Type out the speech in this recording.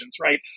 right